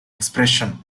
expression